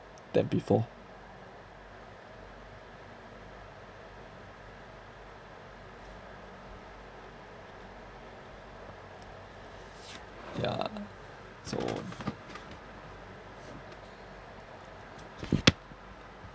than before yeah so